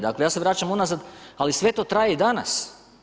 Dakle, ja se vraćam unazad, ali sve to traje i danas.